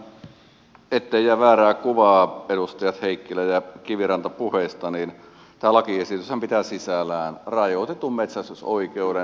ettei jää väärää kuvaa edustajien heikkilä ja kiviranta puheista niin tämä lakiesityshän pitää sisällään rajoitetun metsästysoikeuden